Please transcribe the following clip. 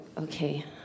okay